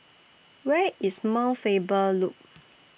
Where IS Mount Faber Loop